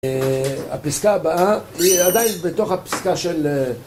הפסקה הבאה היא עדיין בתוך הפסקה של...